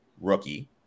rookie